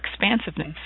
expansiveness